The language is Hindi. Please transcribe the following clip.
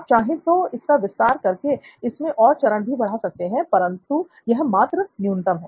आप चाहे तो इसका विस्तार करके इसमें और चरण भी बढ़ा सकते हैं परंतु यह मात्र न्यूनतम है